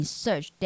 search